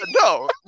no